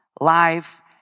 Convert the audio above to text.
Life